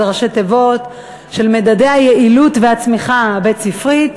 זה ראשי תיבות של מדדי היעילות והצמיחה הבית-ספרית.